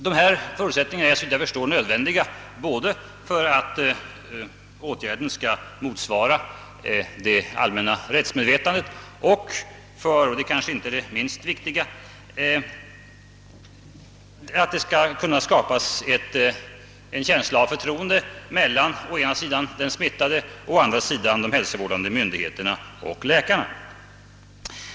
Dessa förutsättningar är såvitt jag förstår nödvändiga både för att åtgärden skall motsvara det allmänna rättsmedvetandet och för att — det är inte det minst viktiga — det skall kunna skapas en känsla av förtroende mellan å ena sidan den smittade och å andra sidan de hälsovårdande myndig heterna och läkarna.